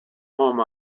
home